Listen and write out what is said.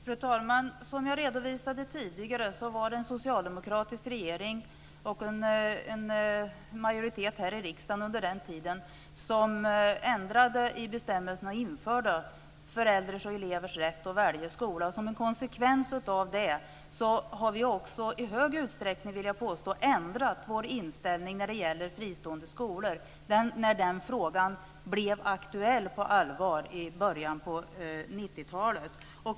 Fru talman! Som jag redovisade tidigare var det en socialdemokratisk regering, och en majoritet här i riksdagen under den tiden, som ändrade i bestämmelserna och införde föräldrars och elevers rätt att välja skola. Som en konsekvens av det har vi också i hög grad, vill jag påstå, ändrat vår inställning när det gäller fristående skolor när den frågan blev aktuell på allvar i början av 90-talet.